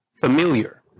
familiar